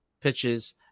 pitches